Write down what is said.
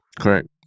Correct